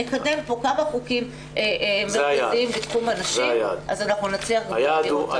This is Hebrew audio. נקדם פה כמה חוקים מרכזיים בתחום הנשים אז אנחנו נצליח להעביר אותם.